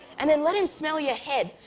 and then let him smell your head,